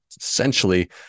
Essentially